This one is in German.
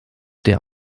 der